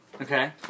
Okay